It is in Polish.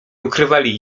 ukrywali